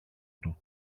του